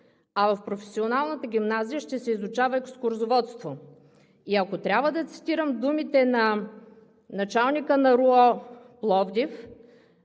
а в професионалната гимназия ще се изучава „Екскурзоводство“. И ако трябва да цитирам думите на началника на РУО – Пловдив,